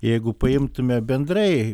jeigu paimtume bendrai